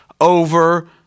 over